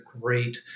great